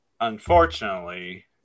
unfortunately